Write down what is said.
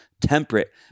Temperate